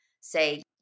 say